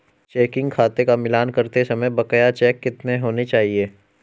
Checking खाते का मिलान करते समय बकाया चेक कितने होने चाहिए?